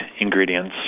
ingredients